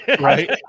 right